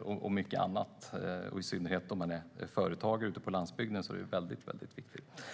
och mycket annat. I synnerhet om man är företagare ute på landsbygden är det väldigt viktigt.